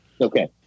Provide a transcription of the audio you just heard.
Okay